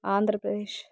Andhra Pradesh